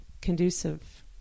conducive